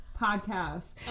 podcast